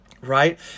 Right